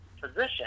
position